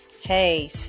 Hey